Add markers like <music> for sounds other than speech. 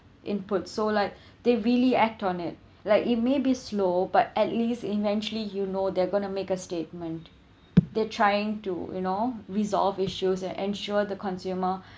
input so like <breath> they really act on it <breath> like it may be slow but at least eventually you know they're going to make a statement they're trying to you know resolve issues and ensure the consumer <breath>